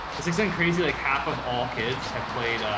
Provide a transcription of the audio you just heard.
it's like something crazy. like half of all kids have played,